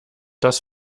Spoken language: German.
dass